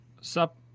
Sup